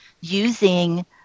using